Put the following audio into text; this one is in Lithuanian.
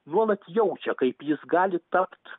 nuolat jaučia kaip jis gali tapt